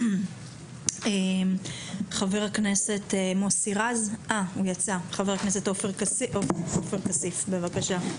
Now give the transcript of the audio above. חבר הכנסת עופר כסיף, בבקשה.